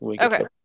Okay